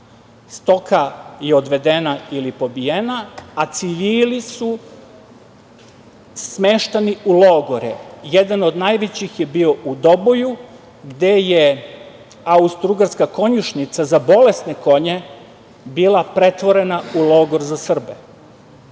stoka je odvedena i pobijena, a civili smeštani u logore. Jedan od najvećih je bio u Doboju, gde je austro-ugarska konjušnica za bolesne konje bila pretvorena u logor za Srbe.